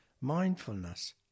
mindfulness